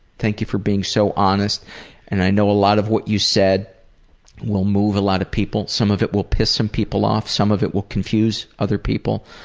thank you for being so honest and i know a lot of what you said will move a lot of people. some of it will piss some people off, some of it will confuse other people,